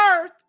earth